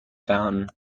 fountain